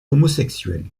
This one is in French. homosexuel